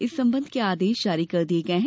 इस संबंध के आदेश जारी कर दिए गए हैं